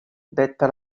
detta